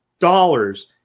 dollars